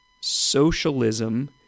socialism